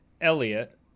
elliot